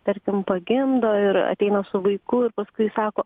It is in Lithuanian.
tarkim pagimdo ir ateina su vaiku ir paskui sako